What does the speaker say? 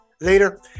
later